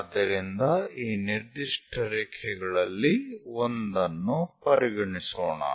ಆದ್ದರಿಂದ ಈ ನಿರ್ದಿಷ್ಟ ರೇಖೆಗಳಲ್ಲಿ ಒಂದನ್ನು ಪರಿಗಣಿಸೋಣ